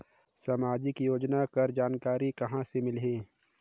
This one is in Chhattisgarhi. समाजिक योजना कर जानकारी कहाँ से मिलही?